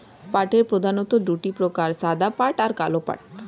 পাটের প্রধানত দুটি প্রকার সাদা পাট আর কালো পাট